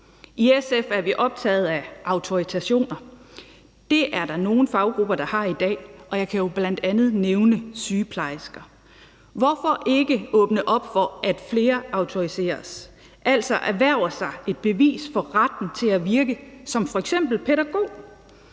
I SF er vi optaget af autorisationer. Det er der nogle faggrupper der har i dag, og jeg kan jo bl.a. nævne sygeplejersker. Hvorfor ikke åbne op for, at flere autoriseres, altså erhverver sig et bevis for retten til at virke som f.eks. pædagog?